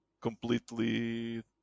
completely